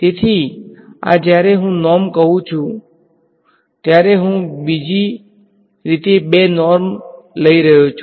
તેથી આ જ્યારે હું નોર્મ કહું છું ત્યારે હું બીજી રીતે બે નોર્મ લઈ રહ્યો છું